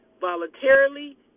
voluntarily